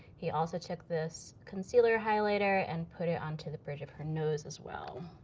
he also took this concealer highlighter and put it onto the bridge of her nose as well